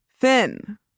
Thin